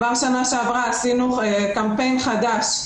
כבר שנה שעברה עשינו קמפיין חדש,